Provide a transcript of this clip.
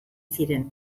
ziren